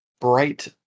bright